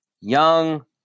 Young